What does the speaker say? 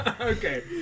Okay